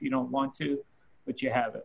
you don't want to but you have